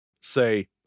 Say